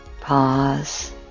Pause